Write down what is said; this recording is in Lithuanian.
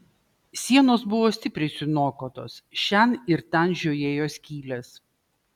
sienos buvo stipriai suniokotos šen ir ten žiojėjo skylės